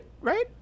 Right